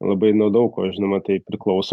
labai nuo daug ko žinoma tai priklauso